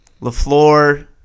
LaFleur